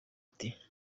ati